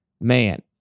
man